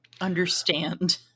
understand